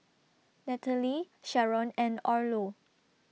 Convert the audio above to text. Nataly Sharron and Orlo